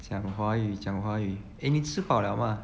讲华语讲华语 eh 你吃饱了吗